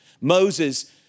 Moses